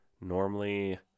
Normally